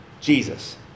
Jesus